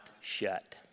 shut